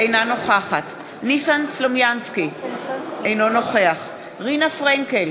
אינה נוכחת ניסן סלומינסקי, אינו נוכח רינה פרנקל,